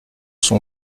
son